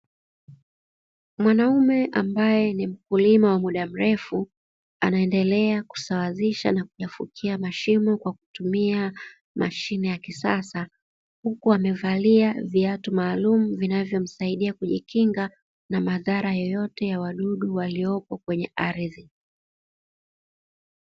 Mwanaume ambaye ni mkulima wa muda mrefu anaendelea kusawazisha na kuyafukia mashimo kwa kutumia mashine ya kisasa, huku amevalia viatu maalumu vinavyomsaidia kujikinga na madhara yoyote ya wadudu waliopo kwenye ardhi.